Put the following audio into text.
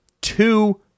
two